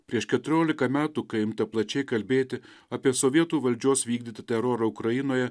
prieš keturiolika metų kai imta plačiai kalbėti apie sovietų valdžios vykdytą terorą ukrainoje